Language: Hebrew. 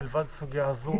מלבד הסוגיה הזאת,